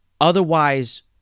Otherwise